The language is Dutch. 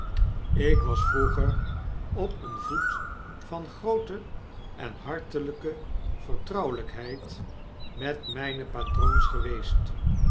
ik was vroeger op een voet van groote en hartelpe vertrouwelpheid met mjne patroons geweest